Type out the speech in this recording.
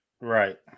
right